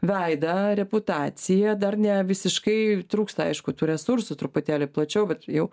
veidą reputaciją dar ne visiškai trūksta aišku tų resursų truputėlį plačiau bet jau